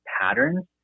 patterns